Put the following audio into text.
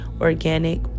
organic